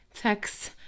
text